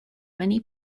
many